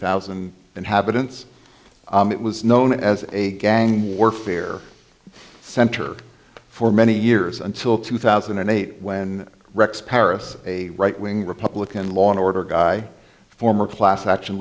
thousand inhabitants it was known as a gang warfare center for many years until two thousand and eight when rex parris a right wing republican law and order guy former class action